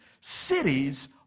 cities